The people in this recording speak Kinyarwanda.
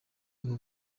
ubu